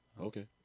Okay